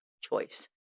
choice